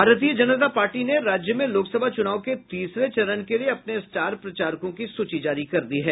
भारतीय जनता पार्टी ने राज्य में लोकसभा चुनाव के तीसरे चरण के लिए अपने स्टार प्रचारकों की सूची जारी कर दी है